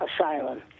Asylum